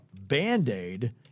Band-Aid